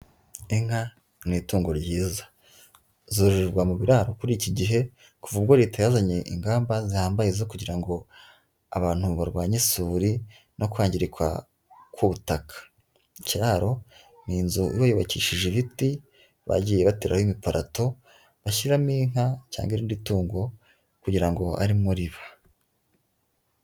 Inka ni itungo ryiza, zororerwa mu biraro kuri iki gihe, kuva ubwo Leta yazanye ingamba zihambaye zo kugira ngo abantu barwanye isuri no kwangirika k'ubutaka. Ikiraro ni inzu iba yubakishije ibiti bagiye bateraho imipalato bashyiramo inka cyangwa irindi tungo kugira ngo arimo riba.